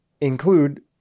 include